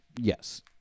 yes